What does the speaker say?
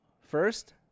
first